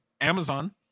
Amazon